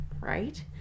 right